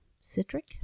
citric